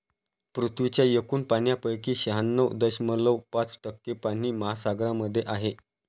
पृथ्वीच्या एकूण पाण्यापैकी शहाण्णव दशमलव पाच टक्के पाणी महासागरांमध्ये आहे